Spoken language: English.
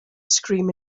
scream